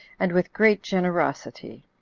and with great generosity.